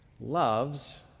loves